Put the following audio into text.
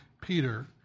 Peter